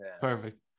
Perfect